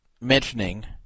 mentioning